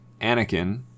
Anakin